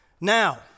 Now